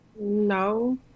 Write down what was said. No